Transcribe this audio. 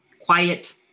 quiet